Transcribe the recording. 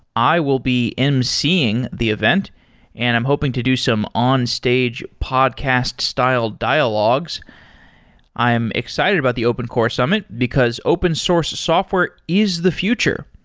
i will be emceeing the event and i'm hoping to do some onstage podcast-styled dialogues i am excited about the open core summit, because open source software is the future.